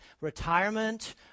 retirement